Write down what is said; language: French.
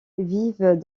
vivent